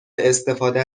استفاده